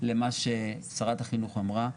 למה ששרת החינוך אמרה.